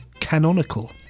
canonical